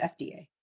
FDA